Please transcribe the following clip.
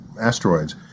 asteroids